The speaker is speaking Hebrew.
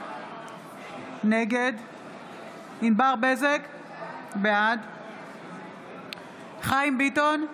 נגד ענבר בזק, בעד חיים ביטון,